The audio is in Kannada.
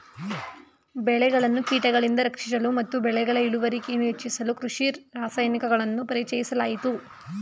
ಬೆಳೆಗಳನ್ನು ಕೀಟಗಳಿಂದ ರಕ್ಷಿಸಲು ಮತ್ತು ಬೆಳೆಗಳ ಇಳುವರಿಯನ್ನು ಹೆಚ್ಚಿಸಲು ಕೃಷಿ ರಾಸಾಯನಿಕಗಳನ್ನು ಪರಿಚಯಿಸಲಾಯಿತು